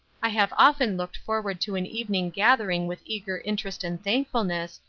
i have often looked forward to an evening gathering with eager interest and thankfulness,